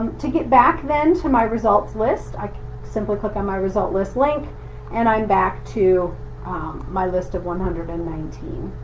to get back then to my results list, i simply click on my result list link and i'm back to um my list of one hundred and nineteen.